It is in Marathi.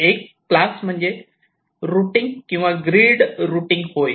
एक क्लास म्हणजे रुटींग किंवा ग्रीड रुटींग होय